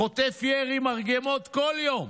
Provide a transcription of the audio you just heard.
חוטף ירי מרגמות כל יום.